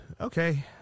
Okay